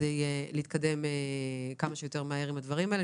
כדי להתקדם כמה שיותר מהר עם הדברים האלה.